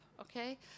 okay